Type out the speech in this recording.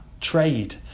trade